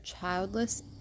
childless